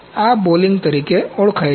તેથી આ બોલિંગ તરીકે ઓળખાય છે